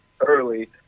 early